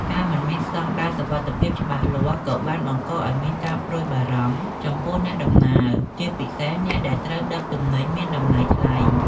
ការមិនមានស្តង់ដារសុវត្ថិភាពច្បាស់លាស់ក៏បានបង្កឱ្យមានការព្រួយបារម្ភចំពោះអ្នកដំណើរជាពិសេសអ្នកដែលត្រូវដឹកទំនិញមានតម្លៃថ្លៃ។